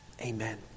Amen